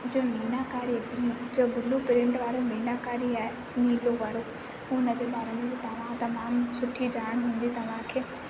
जो मीनाकारी एतिरी जो बिलू प्रिंट वारी मीनाकरी आहे नीलो वारो हुन जे बारे में तव्हां खे जामु सुठी ॼाण मिलंदी तव्हां खे